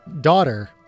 daughter